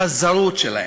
הזרות שלהם,